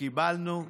קיבלנו גולדפרב,